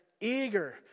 eager